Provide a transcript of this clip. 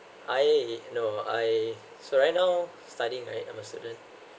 I no I so right now studying right I'm a student